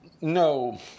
no